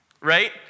right